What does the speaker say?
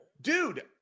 Dude